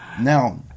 Now